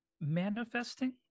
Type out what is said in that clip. manifesting